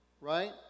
right